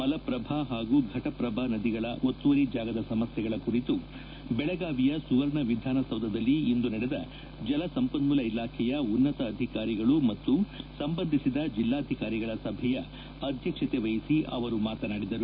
ಮಲಪ್ರಭಾ ಹಾಗೂ ಘಟಪ್ರಭಾ ನದಿಗಳ ಒತ್ತುವರಿ ಜಾಗದ ಸಮಸ್ಯೆಗಳ ಕುರಿತು ಬೆಳಗಾವಿಯ ಸುವರ್ಣ ವಿಧಾನಸೌಧದಲ್ಲಿ ಇಂದು ನಡೆದ ಜಲಸಂಪನ್ಮೂಲ ಇಲಾಖೆಯ ಉನ್ನತ ಅಧಿಕಾರಿಗಳು ಮತ್ತು ಸಂಬಂಧಿಸಿದ ಜಿಲ್ಲಾಧಿಕಾರಿಗಳ ಸಭೆಯ ಅಧ್ಯಕ್ಷತೆ ವಹಿಸಿ ಅವರು ಮಾತನಾಡಿದರು